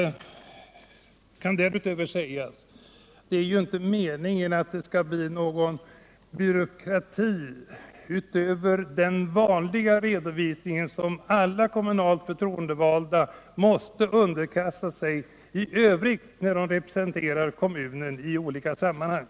Till detta kan sägas att det inte är meningen att förslaget skall skapa någon byråkrati utöver den som är nödvändig för den redovisning som alla kommunalt förtroendevalda måste underkasta sig när de representerar kommunen i olika sammanhang.